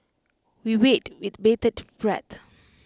we wait with bated breath